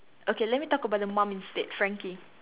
okay let me talk about the mum instead Frankie